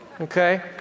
okay